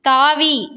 தாவி